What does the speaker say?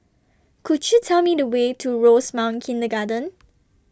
Could YOU Tell Me The Way to Rosemount Kindergarten